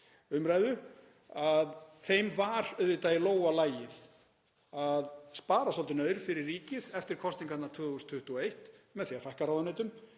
umræðu þá var þeim auðvitað í lófa lagið að spara svolítinn aur fyrir ríkið eftir kosningarnar 2021 með því að fækka ráðuneytum.